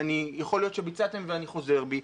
ויכול להיות שביצעתם ואני חוזר בי,